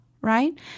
right